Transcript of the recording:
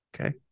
Okay